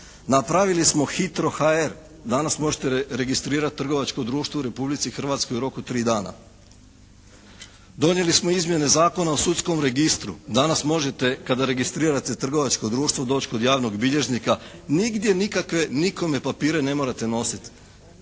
Napravili smo HITRO.HR. Danas možete registrirati trgovačko društvo u Republici Hrvatskoj u roku od tri dana. Donijeli smo izmjene Zakona o sudskom registru. Danas možete kada registrirate trgovačko društvo doći kod javnog bilježnika. Nigdje nikakve nikome papire ne morate nositi.